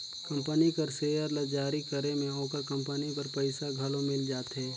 company कर share ल जारी करे में ओकर कंपनी बर पइसा घलो मिल जाथे